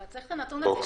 אבל צריך את הנתון הזה.